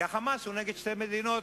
כי ה"חמאס" הוא נגד שתי מדינות.